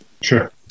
Sure